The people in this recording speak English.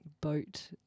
boat